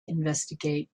investigate